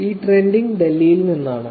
ഈ ട്രെൻഡിംഗ് ഡൽഹിയിൽ നിന്നാണ്